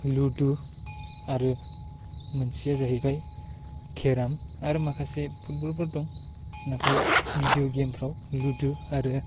लुदु आरो मोनसेया जाहैबाय केराम आरो माखासे फुतबलफोर दं नाथाय बिदिअ' गेमफ्राव लुदु आरो